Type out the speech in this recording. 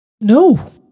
No